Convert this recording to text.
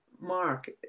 Mark